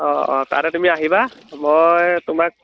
অঁ অঁ তাতে তুমি আহিবা মই তোমাক